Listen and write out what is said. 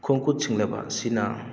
ꯈꯣꯡꯈꯨꯠ ꯁꯤꯡꯂꯕ ꯑꯁꯤꯅ